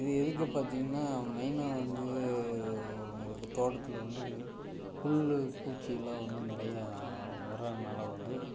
இது எதுக்கு பார்த்திங்கன்னா மெய்னாக வந்து உங்களுக்கு தோட்டத்தில் வந்து புல் பூச்சிலாம் வந்து நிறையா ஒரம்னால வந்து